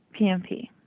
PMP